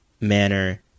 manner